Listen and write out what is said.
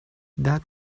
that